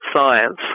science